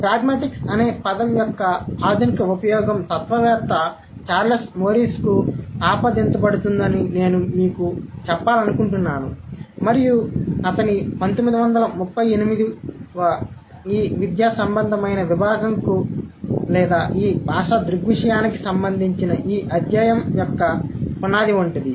pragmatics అనే పదం యొక్క ఆధునిక ఉపయోగం తత్వవేత్త చార్లెస్ మోరిస్కు ఆపాదించబడుతుందని అని నేను మీకు చెప్పాలనుకుంటున్నాను మరియు అతని 1938 పని ఈ విద్యాసంబంధమైన విభాగంకు లేదా ఈ భాషా దృగ్విషయానికి సంబంధించిన ఈ అధ్యయనం యొక్క పునాది వంటిది